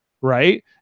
right